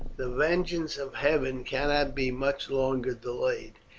the vengeance of heaven cannot be much longer delayed.